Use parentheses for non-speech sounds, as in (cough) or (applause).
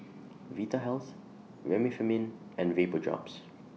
(noise) Vitahealth Remifemin and Vapodrops